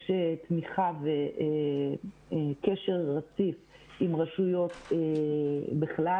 יש תמיכה וקשר רציף עם רשויות בכלל